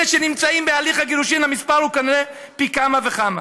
בקרב אלה שנמצאים בהליך הגירושין המספר כנראה הוא פי כמה וכמה.